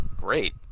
great